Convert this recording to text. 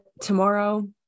tomorrow